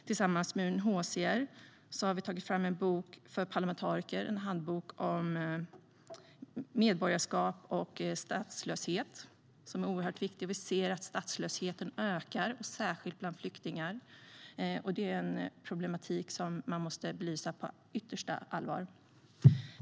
Tillsammans med UNHCR har vi tagit fram en handbok för parlamentariker om medborgarskap och statslöshet som är oerhört viktig. Vi ser att statslösheten ökar och särskilt bland flyktingar. Det är en problematik som man måste belysa på yttersta allvar.